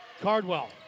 Cardwell